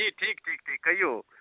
जी ठीक ठीक ठीक कहियौ